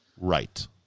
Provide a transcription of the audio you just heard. Right